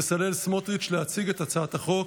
בצלאל סמוטריץ' להציג את הצעת החוק.